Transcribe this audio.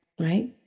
Right